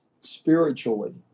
spiritually